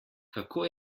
kako